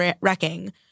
wrecking